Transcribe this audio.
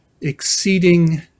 exceeding